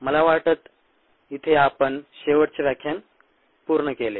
मला वाटत इथे आपण शेवटचे व्याख्यान पूर्ण केले